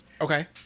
Okay